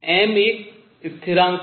m एक स्थिरांक है